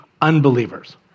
unbelievers